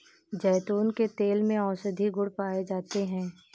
जैतून के तेल में औषधीय गुण पाए जाते हैं